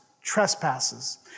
trespasses